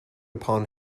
upon